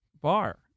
bar